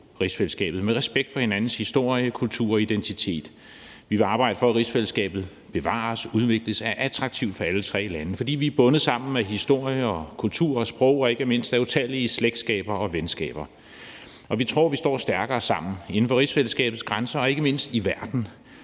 med respekt for hinandens historie, kultur og identitet. Vi vil arbejde for, at rigsfællesskabet bevares og udvikles og er attraktivt for alle tre lande. For vi er bundet sammen af historie, kultur og sprog og ikke mindst af utallige slægtskaber og venskaber. Vi tror, at vi står stærkere sammen inden for rigsfællesskabets grænser og ikke mindst i verden